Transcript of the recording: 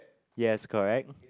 yes correct